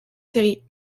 série